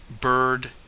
bird